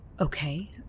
okay